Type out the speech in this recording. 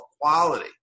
quality